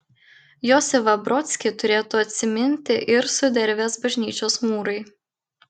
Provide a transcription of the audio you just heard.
josifą brodskį turėtų atsiminti ir sudervės bažnyčios mūrai